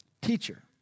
Teacher